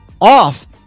off